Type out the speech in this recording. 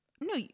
no